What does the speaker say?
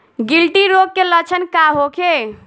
गिल्टी रोग के लक्षण का होखे?